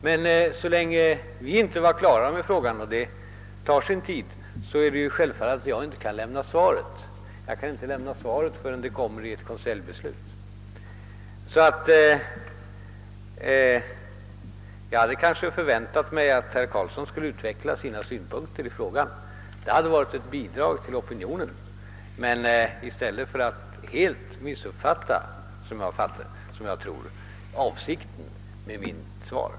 Men så länge vi inte är klara med behandlingen av ärendet — den tar sin tid — kan jag självfallet inte ge något svar; jag kan inte lämna något svar förrän konseljbeslut har fattats. Jag hade därför väntat mig att herr Carlsson nu skulle utveckla sina synpunkter i denna fråga — det hade varit ett bidrag till opinionsbildningen — i stället för att helt missuppfatta avsikten med mitt svar, som jag tror att herr Carlsson gjort.